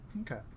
Okay